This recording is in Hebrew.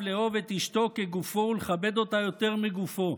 לאהוב את אשתו כגופו ולכבד אותה יותר מגופו.